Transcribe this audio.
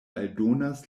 aldonas